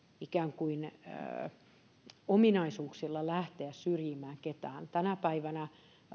ikään kuin eri ominaisuuksilla lähteä syrjimään ketään tänä päivänä